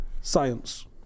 science